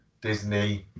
Disney